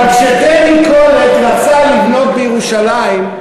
אבל כשטדי קולק רצה לבנות בירושלים,